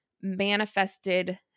manifested